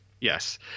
Yes